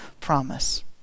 promise